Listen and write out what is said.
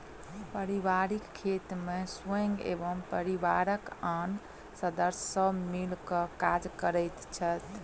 पारिवारिक खेत मे स्वयं एवं परिवारक आन सदस्य सब मिल क काज करैत छथि